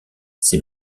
ces